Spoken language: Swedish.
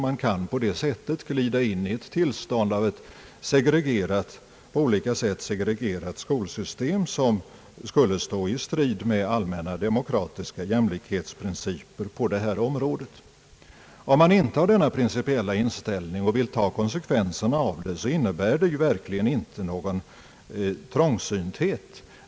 Man kan på det sättet glida in i ett tillstånd av ett på olika sätt segregerat skolsystem som skulle stå i strid med allmänna demokratiska jämlikhetsprinciper på detta område. Om man intar denna principiella inställning och vill ta konsekvenserna därav, innebär det verkligen inte någon trångsynthet.